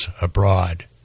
abroad